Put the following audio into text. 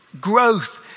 growth